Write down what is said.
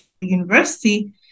university